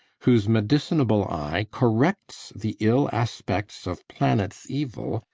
whose med'cinable eye corrects the ill aspects of planets evil,